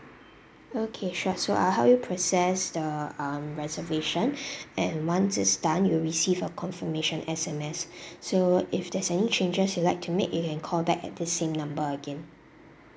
okay sure so I'll help you process the um reservation and once it's done you'll receive a confirmation S_M_S so if there's any changes you'd like to make you can call back at the same number again